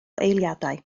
eiliadau